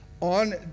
on